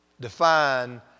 define